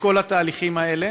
בכל התהליכים האלה,